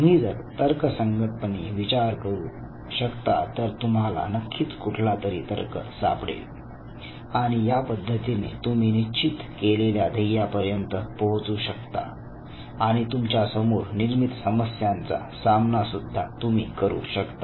तुम्ही जर तर्कसंगत पणे विचार करू शकता तर तुम्हाला नक्कीच कुठलातरी तर्क सापडेल आणि या पद्धतीने तुम्ही निश्चित केलेल्या ध्येयापर्यंत पोहोचू शकता आणि तुमच्या समोर निर्मित समस्यांचा सामना सुद्धा तुम्ही करू शकता